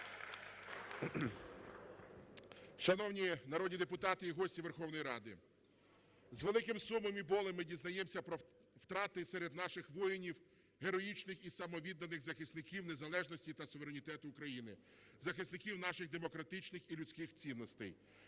Шановні народні депутати і гості Верховної Ради! З великим сумом і болем ми дізнаємося про втрати серед наших воїнів, героїчних і самовідданих захисників незалежності та суверенітету України, захисників наших демократичних і людських цінностей.